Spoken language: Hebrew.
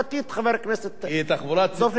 כי תחבורה ציבורית בין הרצלייה-פיתוח,